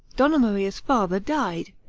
donna maria's father, died,